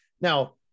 Now